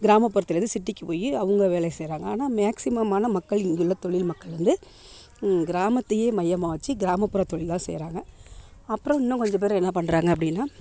கிராமபுரத்திலேர்ந்து சிட்டிக்கு போய் அவங்க வேலையை செய்வாங்க ஆனால் மேக்சிம்மான மக்கள் இங்குள்ள தொழில் மக்கள் வந்து கிராமத்தையே மையமாக வச்சு கிராமப்புற தொழிலாக செய்கிறாங்க அப்புறோம் இன்னும் கொஞ்சம் பேர் என்ன பண்ணுறாங்க அப்படின்னா